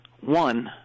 one